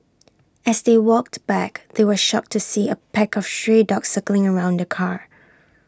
as they walked back they were shocked to see A pack of stray dogs circling around the car